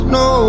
no